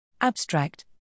Abstract